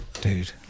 dude